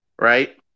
right